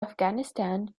afghanistan